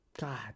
god